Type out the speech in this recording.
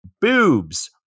boobs